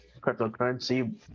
cryptocurrency